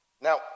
Now